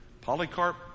Polycarp